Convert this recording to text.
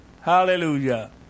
Hallelujah